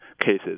cases